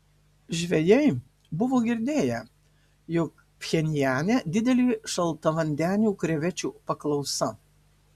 žvejai buvo girdėję jog pchenjane didelė šaltavandenių krevečių paklausa